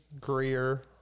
Greer